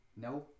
No